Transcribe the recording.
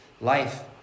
Life